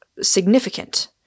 significant